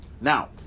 Now